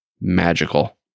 magical